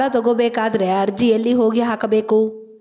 ಸಾಲ ತಗೋಬೇಕಾದ್ರೆ ಅರ್ಜಿ ಎಲ್ಲಿ ಹೋಗಿ ಹಾಕಬೇಕು?